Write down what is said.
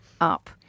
up